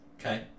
Okay